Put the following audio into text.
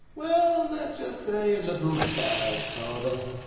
well, let's just say a little bird told us,